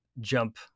jump